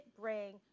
bring